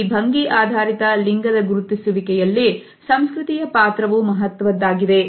ಈ ಭಂಗಿ ಆಧಾರಿತ ಲಿಂಗದ ಗುರುತಿಸುವಿಕೆಯಲ್ಲಿ ಸಂಸ್ಕೃತಿಯ ಪಾತ್ರವು ಮಹತ್ವದ್ದಾಗಿದೆ